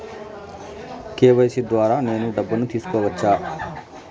KYC ద్వారా నేను డబ్బును తీసుకోవచ్చా?